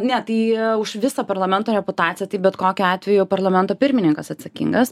ne tai už visą parlamento reputaciją tai bet kokiu atveju parlamento pirmininkas atsakingas